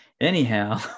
anyhow